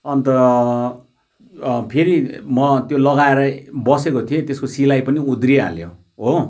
अन्त फेरि म त्यो लगाएर बसेको थिएँ त्यसको सिलाई पनि उध्रिहाल्यो हो